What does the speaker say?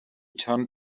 turned